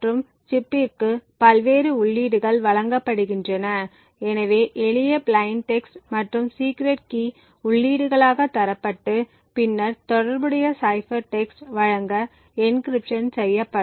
மற்றும் சிப்பிற்கு பல்வேறு உள்ளீடுகள் வழங்கப்படுகின்றன எனவே எளிய பிளைன் டெக்ஸ்ட் மற்றும் சீக்ரெட் கீ உள்ளீடுகளாக தரப்பபட்டு பின்னர் தொடர்புடைய சைபர் டெக்ஸ்ட் வழங்க என்க்ரிப்ட்ஷன் செய்யப்படும்